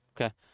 okay